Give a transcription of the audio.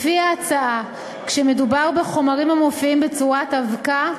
לפי ההצעה, כשמדובר בחומרים המופיעים בצורת אבקה,